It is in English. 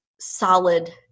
solid